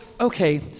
okay